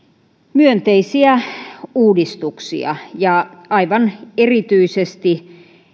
myönteisiä uudistuksia ja aivan erityisesti